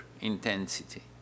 intensity